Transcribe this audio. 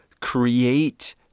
create